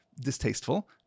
distasteful